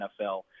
NFL